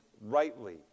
rightly